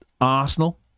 Arsenal